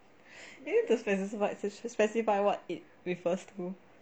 you specify specify what it refers to